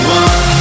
one